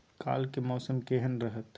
काल के मौसम केहन रहत?